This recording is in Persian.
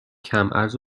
کمعرض